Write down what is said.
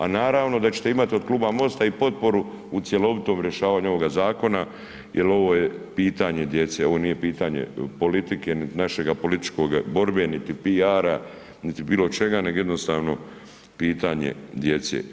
A naravno da ćete imati o kluba MOST-a i potporu u cjelovitom rješavanju ovoga zakona jer ovo je pitanje djece, ono nije pitanje politike niti naše političke borbe, niti PR-a niti bilo čega nego jednostavno pitanje djece.